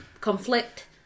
conflict